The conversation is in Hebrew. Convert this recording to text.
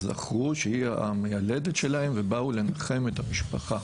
הן זכרו שהיא המיילדת שלהן ובאו לנחם את המשפחה.